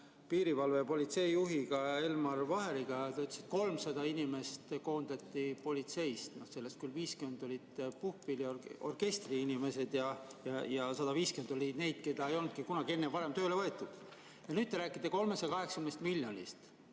piirivalve ja politsei juhi Elmar Vaheriga. Ta ütles, et 300 inimest koondati politseist, nendest küll 50 olid orkestriinimesed ja 150 oli neid, keda ei olnudki kunagi tööle võetud. Ja nüüd te räägite 380 miljonist.